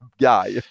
guy